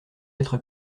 être